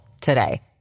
today